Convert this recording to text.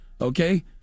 Okay